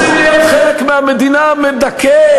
רוצים להיות חלק מהמדינה המדכאת,